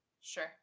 Sure